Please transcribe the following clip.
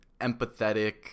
empathetic